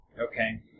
Okay